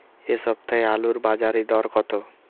এ সপ্তাহে আলুর বাজারে দর কত?